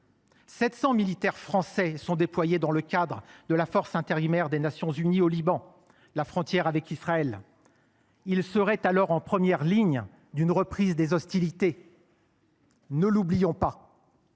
700 militaires français sont déployés dans le cadre de la Force intérimaire des Nations unies au Liban (Finul), à la frontière avec Israël. Ils seraient en première ligne d’une reprise des hostilités. Ne l’oublions pas